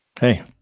Hey